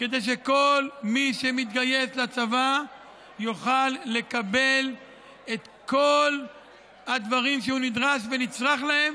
כדי שכל מי שמתגייס לצבא יוכל לקבל את כל הדברים שהוא נדרש ונצרך להם